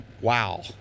wow